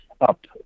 up